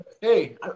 Hey